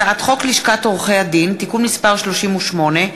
הצעת חוק לשכת עורכי-הדין (תיקון מס' 38),